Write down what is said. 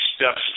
steps